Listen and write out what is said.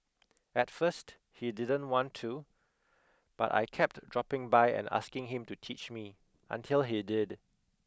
at first he didn't want to but I kept dropping by and asking him to teach me until he did